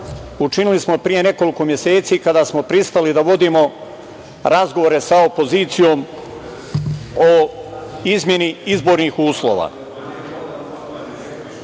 učinili smo pre nekoliko meseci kada smo pristali da vodimo razgovore sa opozicijom o izmeni izbornih uslova.